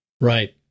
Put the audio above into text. Right